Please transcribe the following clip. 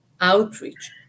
outreach